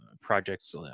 projects